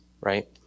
right